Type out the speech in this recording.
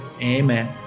Amen